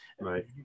right